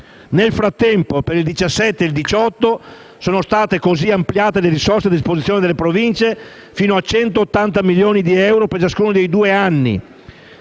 Nel frattempo, per gli anni 2017 e 2018 sono state ampliate le risorse a disposizione delle Province fino a 180 milioni di euro per ciascuno dei suddetti